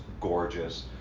gorgeous